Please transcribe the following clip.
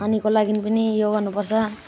पानीको लागि पनि यो गर्नु पर्छ